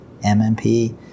MMP